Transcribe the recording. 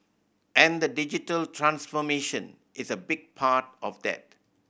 and the digital transformation is a big part of that